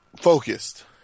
focused